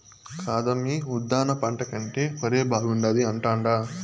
కాదమ్మీ ఉద్దాన పంట కంటే ఒరే బాగుండాది అంటాండా